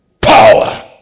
Power